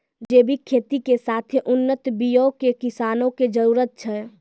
जैविक खेती के साथे उन्नत बीयो के किसानो के जरुरत छै